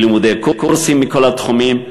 בלימודי קורסים מכל התחומים,